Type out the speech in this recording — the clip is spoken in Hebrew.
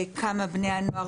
כמה בני הנוער,